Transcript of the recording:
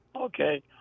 Okay